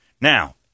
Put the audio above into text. now